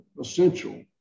essential